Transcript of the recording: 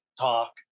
talk